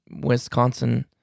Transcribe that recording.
Wisconsin